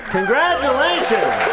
Congratulations